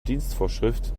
dienstvorschrift